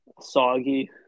soggy